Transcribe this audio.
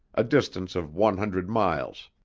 a distance of one hundred miles.